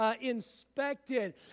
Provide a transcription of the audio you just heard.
inspected